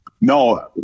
No